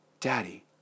Daddy